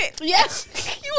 Yes